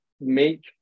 make